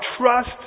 trust